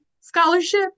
scholarship